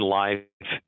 life